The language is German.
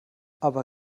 aber